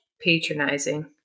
patronizing